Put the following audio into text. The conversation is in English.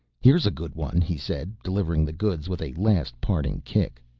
here's a good one, he said, delivering the goods with a last parting kick.